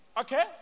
Okay